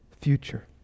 future